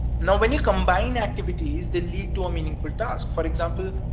now, when you combine activities they lead to a meaningful task. for example,